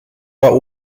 war